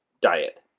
diet